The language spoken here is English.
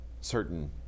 certain